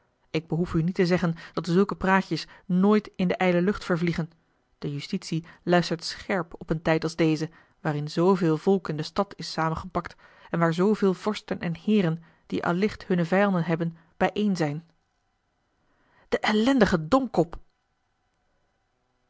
ik behoef u niet te zeggen dat zulke praatjes nooit in de ijle lucht vervliegen de justitie luistert scherp op een tijd als deze waarin zooveel volk in de stad is samengepakt en waar zooveel vorsten en heeren die allicht hunne vijanden hebben bijeen zijn de ellendige domkop